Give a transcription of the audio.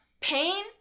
pain